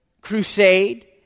crusade